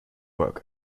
work